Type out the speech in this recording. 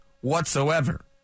whatsoever